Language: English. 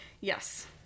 Yes